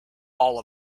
all